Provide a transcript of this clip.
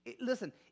Listen